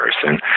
person